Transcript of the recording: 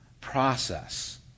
process